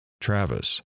Travis